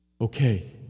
Okay